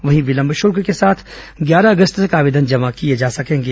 वहीं विलंब शुल्क के साथ ग्यारह अगस्त तक आवेदन जमा किए जा सकेंगे